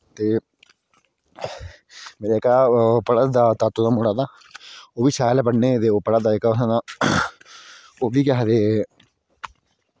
ते जेह्का ओह् पढ़ा दा तातो दा मुढ़ा तां ओह्बी शैल ऐ पढ़ने ई जेह्का पढ़ा दा तां ओह्बी केह् आक्खदे